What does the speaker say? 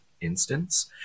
instance